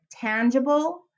tangible